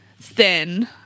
thin